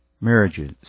marriages